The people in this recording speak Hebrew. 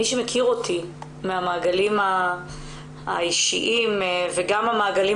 מי שמכיר אותי מהמעגלים האישיים ומהמעגלים